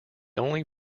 only